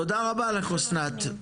תודה רבה לך אסנת,